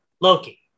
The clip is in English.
Loki